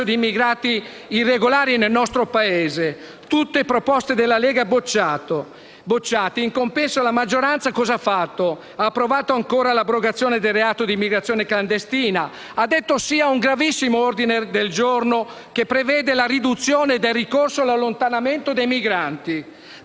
di immigrati irregolari nel nostro Paese: tutte proposte della Lega che sono state bocciate. In compenso, la maggioranza ha approvato ancora l'abrogazione del reato di immigrazione clandestina; ha detto di sì ad un gravissimo ordine del giorno che prevede la riduzione del ricorso all'allontanamento dei migranti.